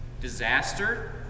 Disaster